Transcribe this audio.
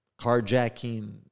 carjacking